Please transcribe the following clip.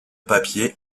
papier